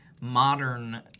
modern